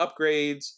upgrades